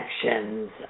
connections